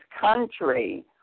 country